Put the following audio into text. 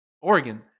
Oregon